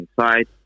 inside